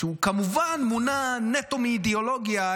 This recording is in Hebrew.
שהוא כמובן מונע נטו מאידיאולוגיה,